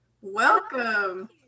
welcome